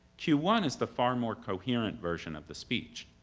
q one is the far more coherent version of the speech.